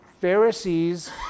Pharisees